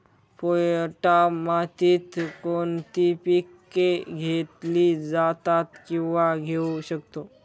पोयटा मातीत कोणती पिके घेतली जातात, किंवा घेऊ शकतो?